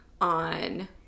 on